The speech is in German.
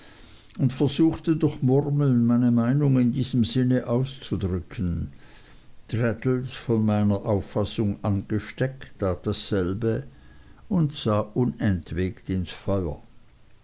und versuchte durch murmeln meine meinung in diesem sinn auszudrücken traddles von meiner auffassung angesteckt tat dasselbe und sah unentwegt ins feuer